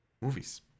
movies